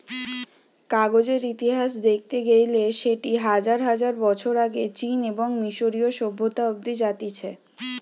কাগজের ইতিহাস দেখতে গেইলে সেটি হাজার হাজার বছর আগে চীন এবং মিশরীয় সভ্যতা অব্দি জাতিছে